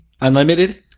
unlimited